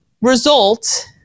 result